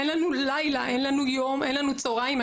אין לנו לילה, אין לנו יום, אין לנו צהריים.